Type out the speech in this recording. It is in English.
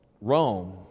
Rome